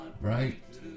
right